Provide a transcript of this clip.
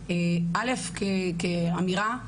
כאמירה,